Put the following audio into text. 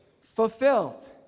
fulfilled